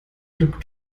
glück